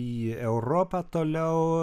į europą toliau